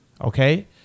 okay